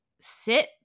sit